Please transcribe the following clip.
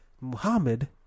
Muhammad